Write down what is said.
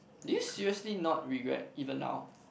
do you seriously not regret even now